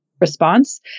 response